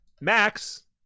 Max